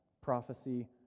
prophecy